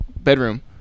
bedroom